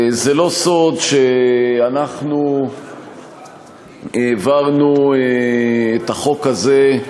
זה לא סוד שאנחנו העברנו את החוק הזה,